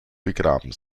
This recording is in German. begraben